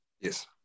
Yes